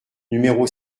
numéro